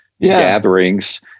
gatherings